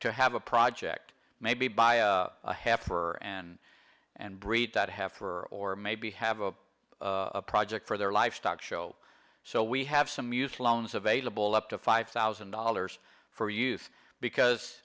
to have a project maybe buy a half for and and breed that have for or maybe have a project for their livestock show so we have some use loans available up to five thousand dollars for youth because